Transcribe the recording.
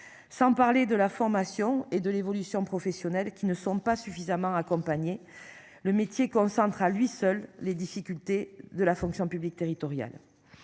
Sans parler de la formation et de l'évolution professionnelle, qui ne sont pas suffisamment accompagné le métier concentre à lui seul les difficultés de la fonction publique territoriale.